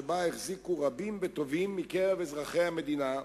שבה החזיקו רבים וטובים מקרב אזרחי המדינה,